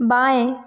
बाएँ